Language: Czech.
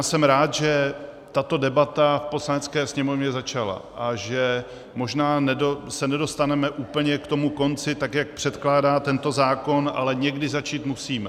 Jsem rád, že tato debata v Poslanecké sněmovně začala a že se možná nedostaneme úplně k tomu konci, tak jak předkládá tento zákon, ale někdy začít musíme.